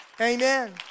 Amen